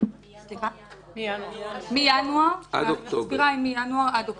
מינואר עד אוקטובר.